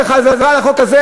של יושב-ראש ועדת החוקה,